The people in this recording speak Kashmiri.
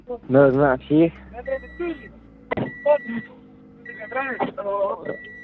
نہٕ حٕظ نہ ٹھیٖک